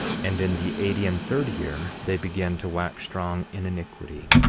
and in the eighty and third year they began to wax strong in iniquity.